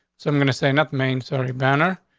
so i'm gonna say nothing. main sorry, banner.